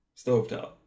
stovetop